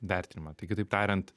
vertinimą tai kitaip tariant